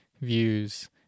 views